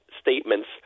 statements